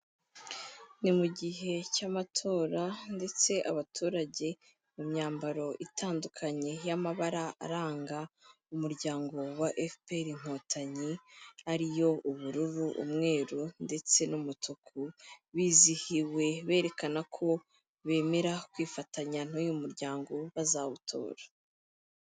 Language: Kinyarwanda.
Ni mu gihe cy'amatora ndetse abaturage mu myambaro itandukanye y'amabara aranga umuryango wa FPR inkotanyi, ariyo ubururu, umweru ndetse n'umutuku, bizihiwe berekana ko bemera kwifatanya n'uyu muryango bazawutora.